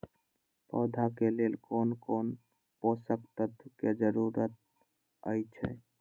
पौधा के लेल कोन कोन पोषक तत्व के जरूरत अइछ?